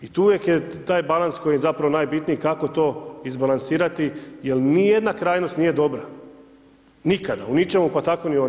I tu je uvijek taj balans koji je zapravo najbitniji kako to izbalansirati jer ni jedna krajnost nije dobra, nikada u ničemu pa tako ni ona.